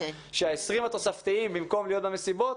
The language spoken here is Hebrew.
שה-20 התוספתיים במקום להיות במסיבות